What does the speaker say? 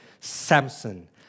Samson